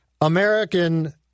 American